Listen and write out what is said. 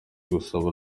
gusaba